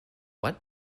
what